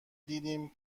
دیدیم